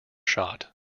shot